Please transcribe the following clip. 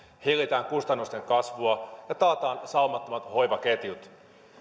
hillitään kustannusten kasvua ja taataan saumattomat hoivaketjut